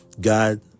God